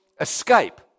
escape